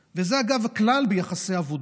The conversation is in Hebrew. ואגב, זה הכלל ביחסי עבודה,